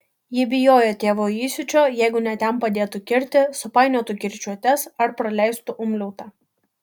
ji bijojo tėvo įsiūčio jeigu ne ten padėtų kirtį supainiotų kirčiuotes ar praleistų umliautą